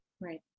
Right